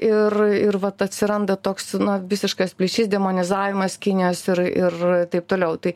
ir ir vat atsiranda toks na visiškas plyšys demonizavimas kinijos ir ir taip toliau tai